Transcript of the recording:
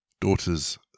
Daughters